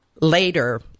later